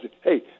hey